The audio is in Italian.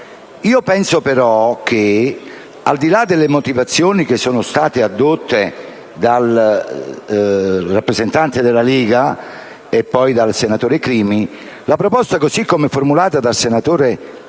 penso però che, al di là delle motivazioni che sono state addotte dal rappresentante della Lega e poi dal senatore Crimi, la proposta così come formulata dal senatore